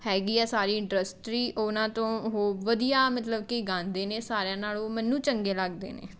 ਹੈਗੀ ਹੈ ਸਾਰੀ ਇੰਡਸਟਰੀ ਉਹਨਾਂ ਤੋਂ ਉਹ ਵਧੀਆ ਮਤਲਬ ਕਿ ਗਾਉਂਦੇ ਨੇ ਸਾਰਿਆਂ ਨਾਲੋਂ ਮੈਨੂੰ ਚੰਗੇ ਲੱਗਦੇ ਨੇ